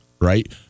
right